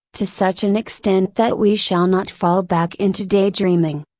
to such an extent that we shall not fall back into day dreaming.